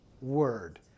word